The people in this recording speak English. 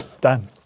Done